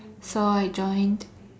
so I joined